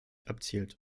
abzielt